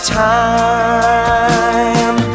time